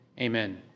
Amen